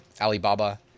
Alibaba